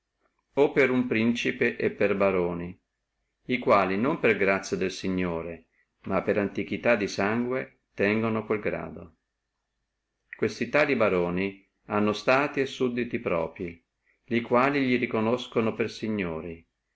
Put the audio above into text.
o per uno principe e per baroni li quali non per grazia del signore ma per antiquità di sangue tengano quel grado questi tali baroni hanno stati e sudditi proprii li quali ricognoscono per signori